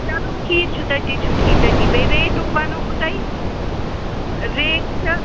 چلو ٹھیٖک چھُ تٔتی چھُ ٹھیٖک تٔتی بیٚیہِ ریٹُک وَنو بہٕ تۄہہِ ریٹ چھےٚ